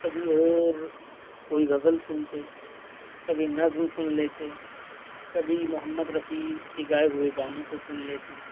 کبھی اور کوئی غزل سُنتے کبھی نظم سُن لیتے کبھی محمد رفیع کے گائے ہوئے گانوں کو سُن لیتے